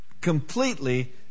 Completely